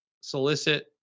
solicit